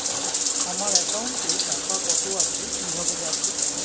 আমার একাউন্টে টাকা কত আছে কি ভাবে জানবো?